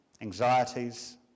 anxieties